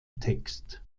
text